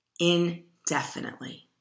indefinitely